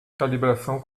calibração